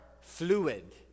fluid